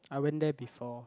I went there before